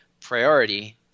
priority